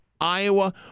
Iowa